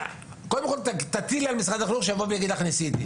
קודם תטילי על משרד החינוך שיבוא ויגיד לך שהוא ניסה.